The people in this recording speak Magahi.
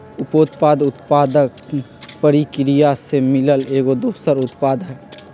उपोत्पाद उत्पादन परकिरिया से मिलल एगो दोसर उत्पाद हई